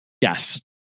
Yes